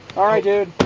alright, dude